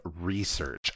research